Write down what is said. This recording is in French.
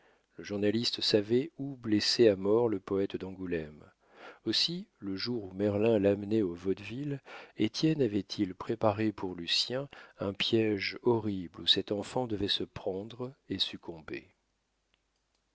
le journaliste savait où blesser à mort le poète d'angoulême aussi le jour où merlin l'amenait au vaudeville étienne avait-il préparé pour lucien un piége horrible où cet enfant devait se prendre et succomber